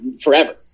forever